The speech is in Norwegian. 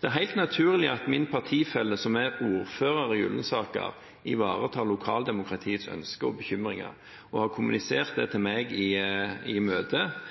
Det er helt naturlig at min partifelle, som er ordfører i Ullensaker, ivaretar lokaldemokratiets ønsker og bekymringer og har kommunisert det